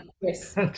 yes